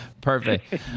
Perfect